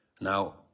Now